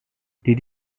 did